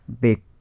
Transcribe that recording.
big